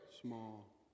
small